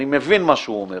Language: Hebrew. אני מבין מה שהוא אומר,